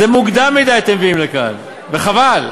זה מוקדם מדי שאתם מביאים לכאן, וחבל.